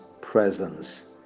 presence